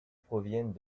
proviennent